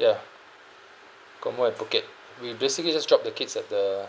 ya COMO at phuket we basically just drop the kids at the